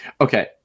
okay